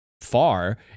far